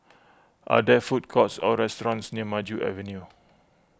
are there food courts or restaurants near Maju Avenue